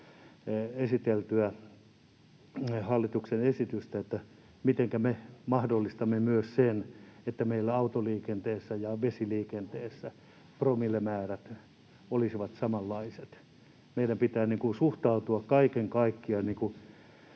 esiteltyä hallituksen esitystä, mitenkä me mahdollistamme myös sen, että meillä autoliikenteessä ja vesiliikenteessä promillemäärät olisivat samanlaiset. Meidän pitää kaiken kaikkiaan